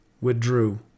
withdrew